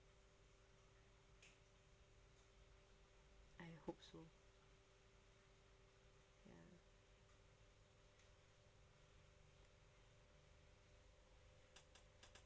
I hope so ya